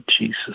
Jesus